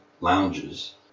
lounges